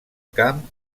camp